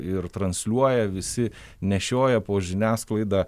ir transliuoja visi nešioja po žiniasklaidą